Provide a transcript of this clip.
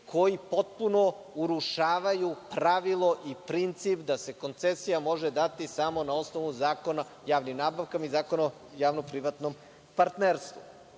koji potpuno urušavaju pravilo i princip da se koncesija može dati samo na osnovu Zakona o javnim nabavkama i Zakona o javno-privatnom partnerstvu. Na